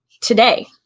today